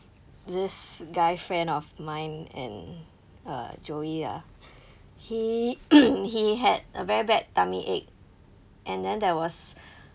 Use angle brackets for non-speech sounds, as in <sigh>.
this guy friend of mine and uh joey ah he <coughs> he had a very bad tummy ache and then there was